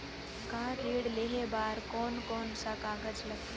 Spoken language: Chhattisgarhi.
कार ऋण लेहे बार कोन कोन सा कागज़ लगथे?